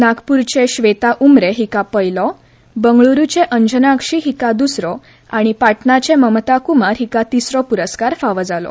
नागपूरचें श्वेता उमरे हिका पयलो बंगळूरूचे अंजनाक्षी हिका दुसरो आनी पाटणाचें ममता कूमार हिका तिसरो पुरस्कार फावो जालो